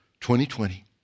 2020